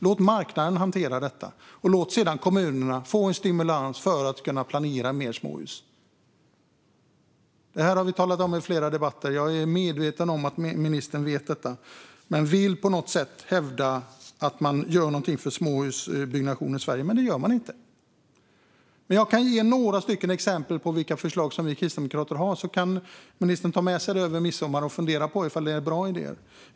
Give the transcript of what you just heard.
Låt marknaden hantera detta, och låt sedan kommunerna få en stimulans för att kunna planera fler småhus. Det här har vi talat om i flera debatter, och jag är medveten om att ministern känner till detta. Men hon vill på något sätt hävda att man gör något för småhusbyggnationen i Sverige. Men det gör man inte. Jag kan ge några exempel på vilka förslag vi kristdemokrater har, så kan ministern ta med sig dem över midsommar och fundera på om de är bra idéer.